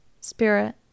spirit